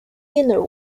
inner